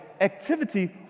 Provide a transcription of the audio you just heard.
activity